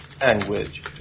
language